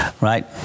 right